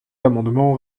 amendement